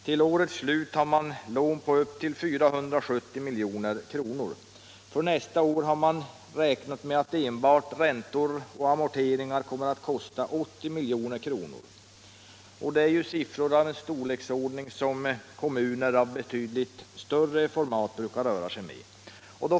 Till årets slut har man lån på upp till 470 milj.kr. För nästa år har man räknat med att enbart räntor och amorteringar kommer att kosta 80 milj.kr. Det är siffror av en storleksordning som kommuner av betydligt större format brukar röra sig med.